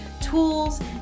tools